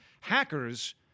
hackers